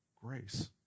grace